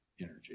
energy